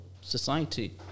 society